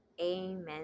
Amen